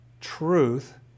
truth